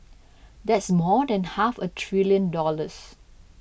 that's more than half a trillion dollars